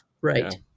right